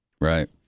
Right